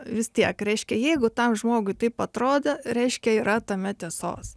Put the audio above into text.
vis tiek reiškia jeigu tam žmogui taip atrodo reiškia yra tame tiesos